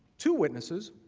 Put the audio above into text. two witnesses